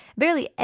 barely